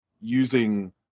using